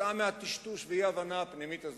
כתוצאה מהטשטוש והאי-הבנה הפנימית הזאת.